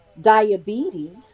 diabetes